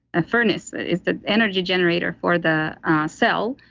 a furnace, is the energy generator for the cell,